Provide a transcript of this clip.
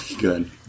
good